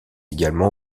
également